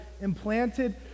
implanted